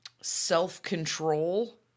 self-control